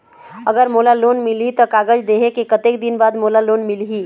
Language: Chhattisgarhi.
अगर मोला लोन मिलही त कागज देहे के कतेक दिन बाद मोला लोन मिलही?